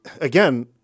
again